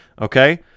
Okay